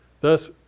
Thus